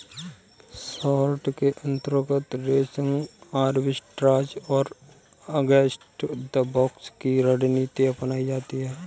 short के अंतर्गत racing arbitrage और अगेंस्ट द बॉक्स की रणनीति अपनाई जाती है